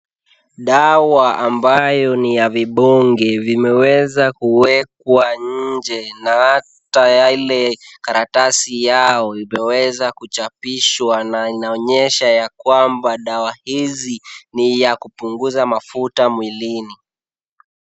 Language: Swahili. Dawa ambayo ni ya vibonge vimeweza kuwekwa nje na ata yale karatasi yao imeweza kuchapishwa na inaonyesha ya kwamba dawa hizi ni ya kupunguza mafuta mwilini.